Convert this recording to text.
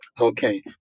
okay